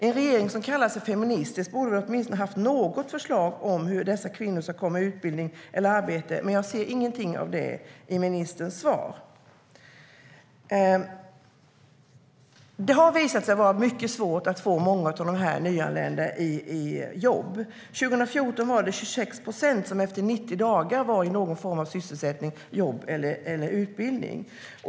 En regering som kallar sig feministisk borde väl åtminstone ha något förslag om hur dessa kvinnor ska komma i utbildning eller arbete, men jag ser ingenting av det i ministerns svar. Det har visat sig vara mycket svårt att få många av de nyanlända i jobb. År 2014 var det 26 procent som efter 90 dagar var i någon form av sysselsättning eller utbildning.